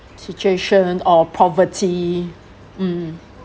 situation or poverty mm mm